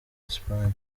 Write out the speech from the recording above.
espagne